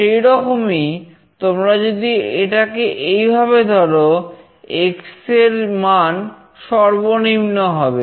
সেইরকমই তোমরা যদি এটাকে এইভাবে ধরো X এর মান সর্বনিম্ন হবে